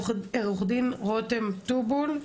עורכת דין רותם טובול,